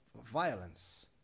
violence